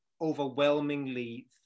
overwhelmingly